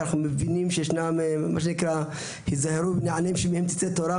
כי אנחנו מבינים שישנם מה שנקרא היזהרו בבני עניים שמהם תצא תורה.